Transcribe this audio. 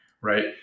right